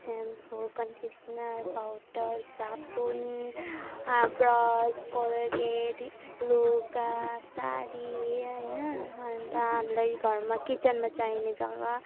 shampoo conditioner powder साबुन brush Colgate लुगा साडी होइन अन्त हामीलाई घरमा किचनमा चाहिने सामान